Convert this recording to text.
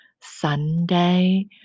Sunday